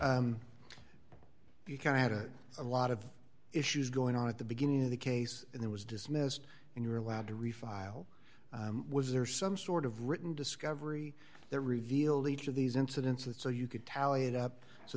think you can add a lot of issues going on at the beginning of the case and there was dismissed and you're allowed to refile was there some sort of written discovery there revealed each of these incidents and so you could tally it up so